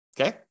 Okay